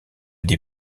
des